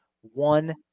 one